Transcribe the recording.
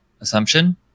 assumption